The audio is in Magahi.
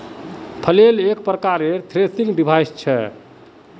फ्लेल एक प्रकारेर थ्रेसिंग डिवाइस छ